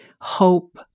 hope